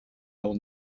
will